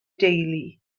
deulu